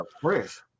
fresh